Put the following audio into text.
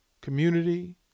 community